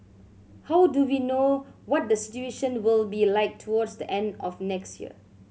how do we know what the situation will be like towards the end of next year